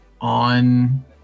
on